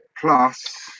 Plus